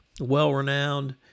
well-renowned